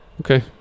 Okay